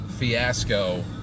fiasco